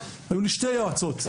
היו לי שתי יועצות,